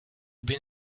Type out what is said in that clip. been